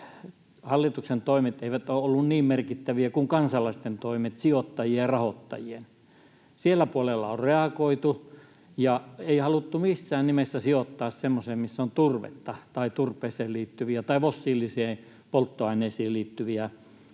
hallituksen toimet eivät ole olleet niin merkittäviä kuin kansalaisten toimet, sijoittajien ja rahoittajien. Siellä puolella on reagoitu eikä haluttu missään nimessä sijoittaa semmoiseen, missä on turvetta tai turpeeseen tai fossiilisiin polttoaineisiin liittyviä